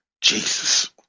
Jesus